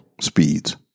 speeds